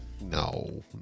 No